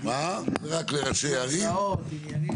כלונסאות עניינים.